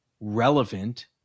relevant